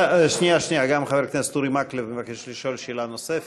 גם חבר הכנסת אורי מקלב מבקש לשאול שאלה נוספת,